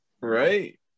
Right